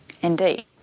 Indeed